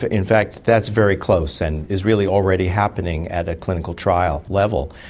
ah in fact that's very close and is really already happening at a clinical trial level.